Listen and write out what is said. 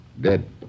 Dead